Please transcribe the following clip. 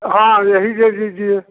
हाँ यही दे दीजिए